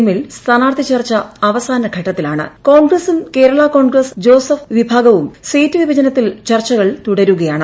എമ്മീൽ സ്ഥാനാർത്ഥി ചർച്ച അവസാന ഘട്ടത്തിലാണ് കോൺഗ്രസ്സുംക്കേരളാ കോൺഗ്രസ് ജോസഫ് വിഭാഗവും സീറ്റ് വിഭജ്ജത്തീൽ ചർച്ചകൾ തുടരുകയാണ്